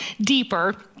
deeper